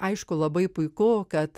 aišku labai puiku kad